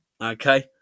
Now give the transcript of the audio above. okay